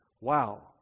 wow